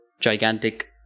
gigantic